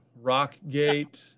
rock-gate